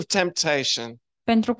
temptation